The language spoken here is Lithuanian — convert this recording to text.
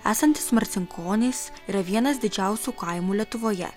esantys marcinkonys yra vienas didžiausių kaimų lietuvoje